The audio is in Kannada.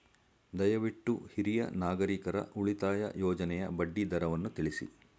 ದಯವಿಟ್ಟು ಹಿರಿಯ ನಾಗರಿಕರ ಉಳಿತಾಯ ಯೋಜನೆಯ ಬಡ್ಡಿ ದರವನ್ನು ತಿಳಿಸಿ